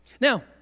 Now